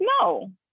No